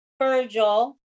Virgil